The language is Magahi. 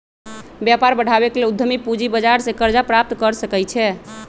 व्यापार बढ़ाबे के लेल उद्यमी पूजी बजार से करजा प्राप्त कर सकइ छै